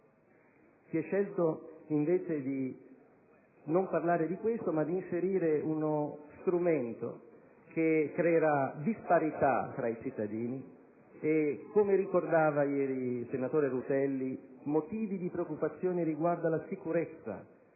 Si è scelto invece di non parlare di questo, ma di inserire uno strumento che creerà disparità tra i cittadini e, come ricordava ieri il senatore Rutelli, motivi di preoccupazione riguardo alla sicurezza,